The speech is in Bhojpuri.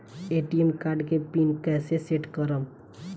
ए.टी.एम कार्ड के पिन कैसे सेट करम?